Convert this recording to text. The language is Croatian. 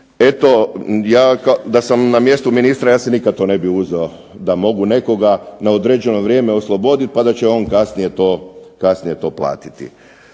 eto, ja da sam na mjestu ministra ja si nikad to ne bih uzeo da mogu nekoga na određeno vrijeme osloboditi, pa da će on kasnije to platiti.